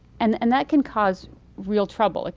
and and that can cause real trouble. ah